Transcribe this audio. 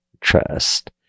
trust